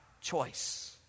choice